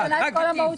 את משנה את כל המהות.